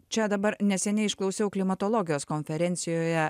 čia dabar neseniai išklausiau klimatologijos konferencijoje